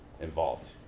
involved